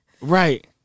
Right